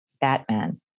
Batman